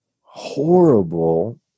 horrible